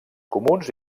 comuns